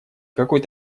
какой